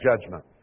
judgment